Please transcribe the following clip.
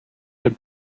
had